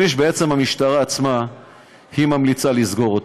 שליש המשטרה ממליצה לסגור,